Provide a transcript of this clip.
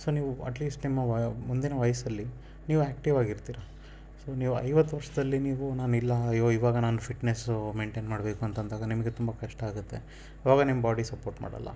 so ನೀವು at least ನಿಮ್ಮ ವಯ ಮುಂದಿನ ವಯಸ್ಸಲ್ಲಿ ನೀವು ಆಕ್ಟಿವಾಗಿರ್ತೀರ ಸೊ ನೀವು ಐವತ್ತು ವರ್ಷದಲ್ಲಿ ನೀವು ನಾನಿಲ್ಲ ಅಯ್ಯೋ ಇವಾಗ ನಾನು ಫಿಟ್ನೆಸ್ಸು ಮೇಂಟೈನ್ ಮಾಡ್ಬೇಕು ಅಂತಂದಾಗ ನಿಮಗೆ ತುಂಬ ಕಷ್ಟ ಆಗುತ್ತೆ ಅವಾಗ ನಿಮ್ಮ ಬಾಡಿ ಸಪೋರ್ಟ್ ಮಾಡೋಲ್ಲ